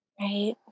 right